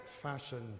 fashion